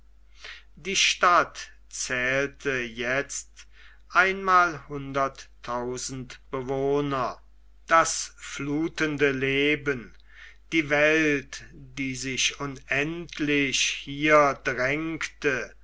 die stadt zählte jetzt einmalhunderttausend bewohner das fluthende leben die welt die sich unendlich hier drängte